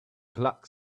clock